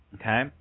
Okay